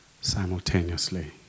simultaneously